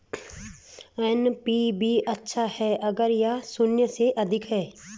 NPV अच्छा है अगर यह शून्य से अधिक है